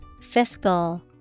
Fiscal